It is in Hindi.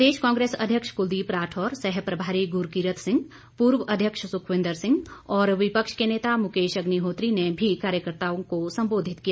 प्रदेश कांग्रेस अध्यक्ष कुलदीप राठौर सहप्रभारी गुरकीरत सिंह पूर्व अध्यक्ष सुखविंद्र सिंह और विपक्ष के नेता मुकेश अग्निहोत्री ने भी कार्यकर्ताओं को संबोधित किया